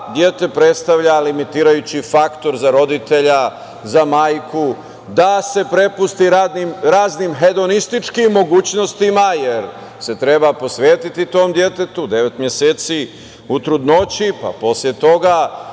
dete predstavlja limitirajući faktor za roditelja, za majku, da se prepusti raznim hedonističkim mogućnostima, jer se treba posvetiti tom detetu devet meseci u trudnoći, pa posle toga